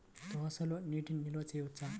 దోసలో నీటి నిల్వ చేయవచ్చా?